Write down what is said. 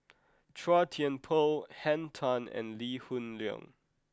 Chua Thian Poh Henn Tan and Lee Hoon Leong